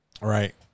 Right